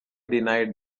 denied